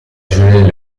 julien